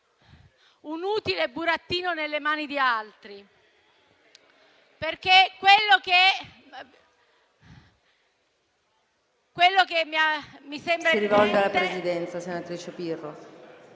un utile burattino nelle mani di altri.